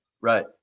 Right